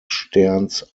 sterns